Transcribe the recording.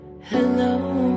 hello